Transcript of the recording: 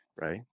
right